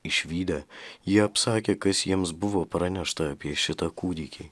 išvydę jie apsakė kas jiems buvo pranešta apie šitą kūdikį